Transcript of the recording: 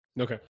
Okay